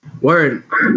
word